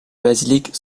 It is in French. basilique